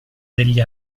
degli